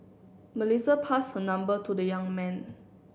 Melissa passed her number to the young man